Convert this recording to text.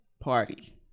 party